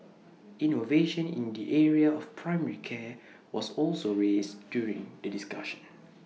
innovation in the area of primary care was also raised during the discussion